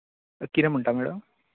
hello कितें म्हणटा madam